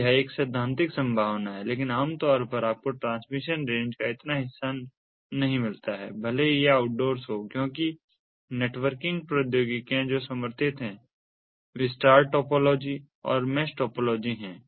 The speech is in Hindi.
तो यह एक सैद्धांतिक संभावना है लेकिन आमतौर पर आपको ट्रांसमिशन रेंज का इतना हिस्सा नहीं मिलता है भले ही यह ऑउटडोर्स हो क्योंकि नेटवर्किंग प्रौद्योगिकियां जो समर्थित हैं वे स्टार टोपोलॉजी और मैश टोपोलॉजी हैं